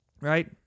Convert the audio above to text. right